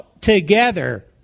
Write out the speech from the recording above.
together